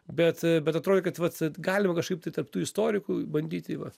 bet bet atrodė kad vat galima kažkaip tai tarp tų istorikų bandyti vat